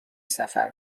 سفر